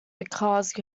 because